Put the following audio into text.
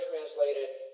translated